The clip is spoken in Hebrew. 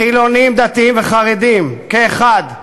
חילונים, דתיים וחרדים כאחד.